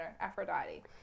Aphrodite